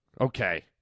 Okay